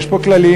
יש פה כללים.